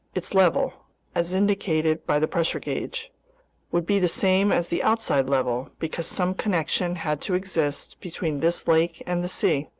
its level as indicated by the pressure gauge would be the same as the outside level, because some connection had to exist between this lake and the sea.